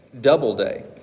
Doubleday